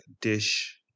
dish